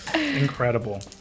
Incredible